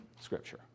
Scripture